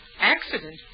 Accident